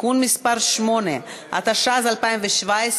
(תיקון מס' 8), התשע"ז 2017,